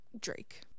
Drake